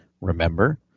remember